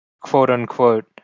quote-unquote